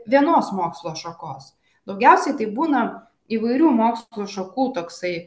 vienos mokslo šakos daugiausiai tai būna įvairių mokslo šakų toksai